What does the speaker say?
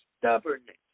stubbornness